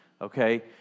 okay